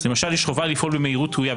למשל יש חובה לפעול במהירות ראויה,